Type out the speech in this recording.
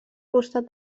costat